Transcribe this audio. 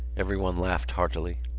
everyone laughed heartily.